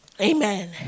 Amen